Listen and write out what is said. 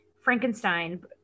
frankenstein